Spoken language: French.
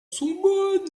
sont